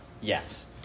Yes